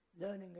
learning